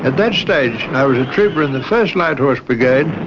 and that stage i was a trooper in the first light horse brigade,